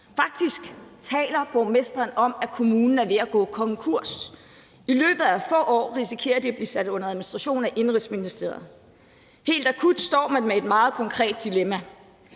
Faktisk taler borgmesteren om, at kommunen er ved at gå konkurs. I løbet af få år risikerer de at blive sat under administration af Indenrigsministeriet. Helt akut står man med et meget konkret dilemma.